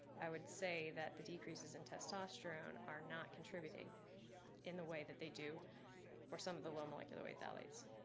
i would say that the decreases in testosterone are not contributing in the way that they do for some of the low molecular weight phthalates.